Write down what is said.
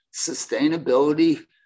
sustainability